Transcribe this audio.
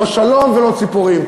לא שלום ולא ציפורים.